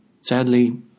Sadly